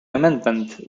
amendment